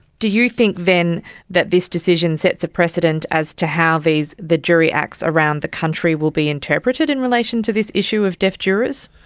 do you think then that this decision sets a precedent as to how the jury acts around the country will be interpreted in relation to this issue of deaf jurors?